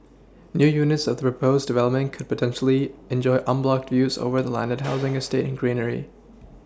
new units of the proposed development could potentially enjoy unblocked views over the landed housing estate and greenery